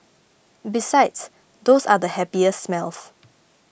besides those are the happiest smells